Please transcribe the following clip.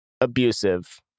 abusive